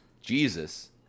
Jesus